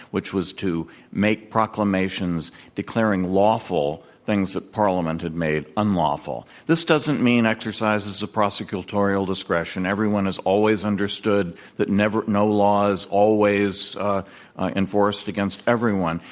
which was to make pr oclamations declaring lawful things that parliament had made unlawful. this doesn't mean exercise as a prose cutorial discretion. everyone has always understood that no law is always enforced against everyone.